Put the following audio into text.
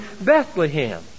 Bethlehem